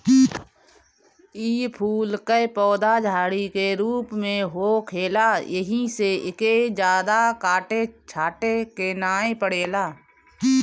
इ फूल कअ पौधा झाड़ी के रूप में होखेला एही से एके जादा काटे छाटे के नाइ पड़ेला